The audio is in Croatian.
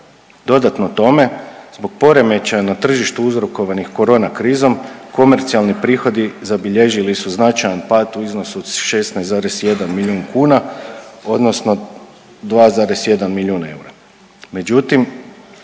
Dodatno tome, zbog poremećaja na tržištu uzrokovanih korona krizom, komercijalni prihodi zabilježili su značajan pad u iznosu od 16,1 milijun kuna, odnosno 2,1 milijun eura,